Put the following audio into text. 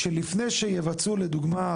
היועצת המשפטית שלפני שיבצעו לדוגמא,